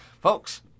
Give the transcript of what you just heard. Folks